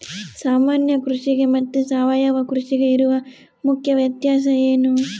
ಸಾಮಾನ್ಯ ಕೃಷಿಗೆ ಮತ್ತೆ ಸಾವಯವ ಕೃಷಿಗೆ ಇರುವ ಮುಖ್ಯ ವ್ಯತ್ಯಾಸ ಏನು?